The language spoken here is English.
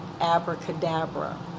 abracadabra